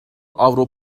avro